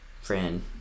friend